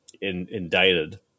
indicted